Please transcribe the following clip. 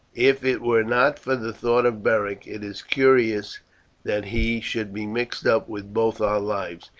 if it were not for the thought of beric. it is curious that he should be mixed up with both our lives.